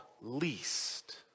least